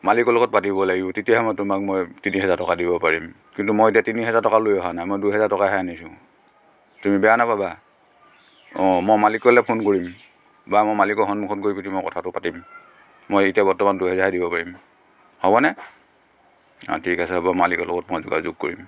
মালিকৰ লগত পাতিব লাগিব তেতিয়াহে মই তোমাক মই তিনি হাজাৰ টকা দিব পাৰিম কিন্তু মই এতিয়া তিনি হাজাৰ টকা লৈ অহা নাই মই দুহেজাৰ টকাহে আনিছোঁ তুমি বেয়া নাপাবা অ' মই মালিকলৈ ফোন কৰিম বা মই মালিকৰ সন্মুখত গৈ মই কথাটো পাতিম মই এতিয়া বৰ্তমান দুহেজাৰ হে দিব পাৰিম হ'বনে অ' ঠিক আছে হ'ব মালিকৰ লগত মই যোগাযোগ কৰিম